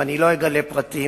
ולא אגלה פרטים.